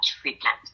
treatment